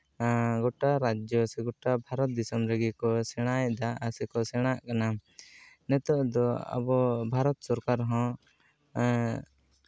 ᱜᱳᱴᱟ ᱨᱟᱡᱽᱡᱚ ᱥᱮ ᱜᱳᱴᱟ ᱵᱷᱟᱨᱚᱛ ᱫᱤᱥᱚᱢ ᱨᱮᱜᱮ ᱠᱚ ᱥᱮᱬᱟᱭᱮᱫᱟ ᱥᱮᱠᱚ ᱥᱮᱬᱟᱜ ᱠᱟᱱᱟ ᱱᱤᱛᱚᱜ ᱫᱚ ᱟᱵᱚ ᱵᱷᱟᱨᱚᱛ ᱥᱚᱨᱠᱟᱨ ᱦᱚᱸ